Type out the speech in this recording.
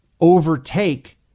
overtake